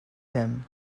him